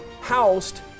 housed